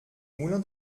moulin